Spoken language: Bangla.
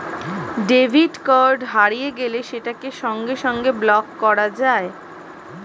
ডেবিট কার্ড হারিয়ে গেলে সেটাকে সঙ্গে সঙ্গে ব্লক করা যায়